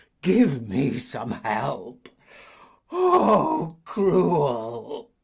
give me some help o cruel!